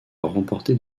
remporté